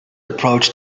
approach